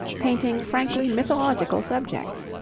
painting frankly mythological subjects,